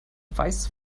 weiß